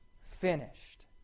finished